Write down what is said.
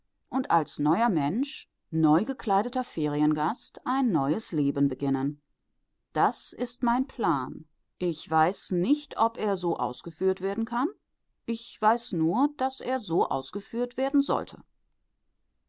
ablegen als neuer mensch neugekleideter feriengast ein neues leben beginnen das ist mein plan ich weiß nicht ob er so ausgeführt werden kann ich weiß nur daß er so ausgeführt werden sollte